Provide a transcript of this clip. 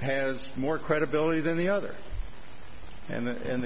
has more credibility than the other and